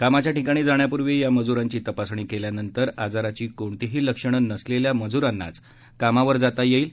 कामाच्या ठिकाणी जाण्यापूर्वी या मज्रांची तपासणी केल्यानंतर आजाराची कोणतीही लक्षणं नसलेल्याच मज्रांनांच कामावर जाता येईल